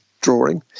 drawing